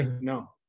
No